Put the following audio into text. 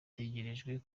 itegerejwe